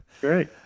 great